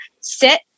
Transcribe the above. sit